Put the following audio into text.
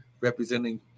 representing